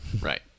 right